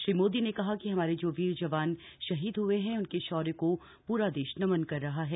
श्री मोदी ने कहा कि हमारे जो वीर जवान शहीद हुए हैं उनके शौर्य को पूरा देश नमन कर रहा है